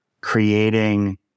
creating